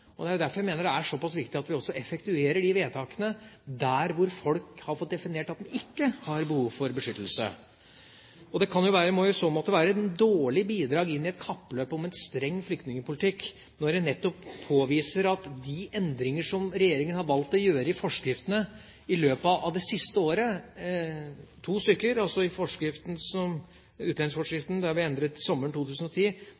Det er derfor jeg mener det er såpass viktig at vi også effektuerer de vedtakene der folk har fått definert at de ikke har behov for beskyttelse. Det må i så måte være et dårlig bidrag i et kappløp om en streng flyktningpolitikk når en nettopp påviser de endringer som regjeringa har valgt å gjøre i forskriftene i løpet av det siste året. Det gjelder to endringer i utlendingsforskriften. Sommeren 2010 valgte vi å gjøre det enklere i